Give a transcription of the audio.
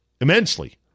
immensely